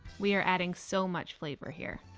we are adding so much flavor here!